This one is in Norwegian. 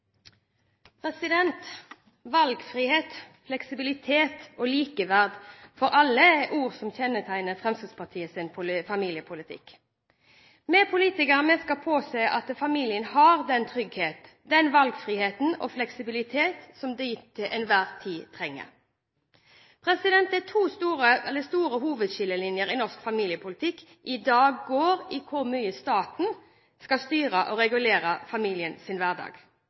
ord som kjennetegner Fremskrittspartiets familiepolitikk. Vi politikere skal påse at familien har den tryggheten, den valgfriheten og den fleksibiliteten som de til enhver tid trenger. De store hovedskillelinjene i norsk familiepolitikk i dag går på hvor mye staten skal styre og regulere familiens hverdag. Er det dagens regjering som er best til å ta avgjørelser på vegne av familien,